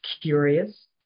Curious